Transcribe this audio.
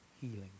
healing